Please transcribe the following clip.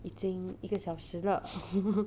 已经一个小时了